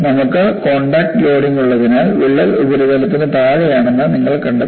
നമുക്ക് contact loading ഉള്ളതിനാൽ വിള്ളൽ ഉപരിതലത്തിന് താഴെയാണെന്ന് നിങ്ങൾ കണ്ടെത്തി